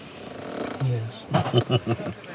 Yes